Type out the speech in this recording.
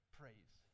praise